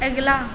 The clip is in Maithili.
अगिला